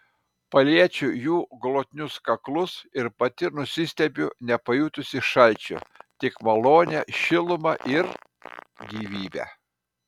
paliečiu jų glotnius kaklus ir pati nusistebiu nepajutusi šalčio tik malonią šilumą ir gyvybę